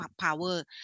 power